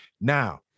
Now